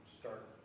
start